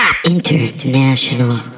international